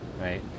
right